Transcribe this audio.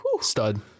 Stud